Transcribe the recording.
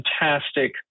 fantastic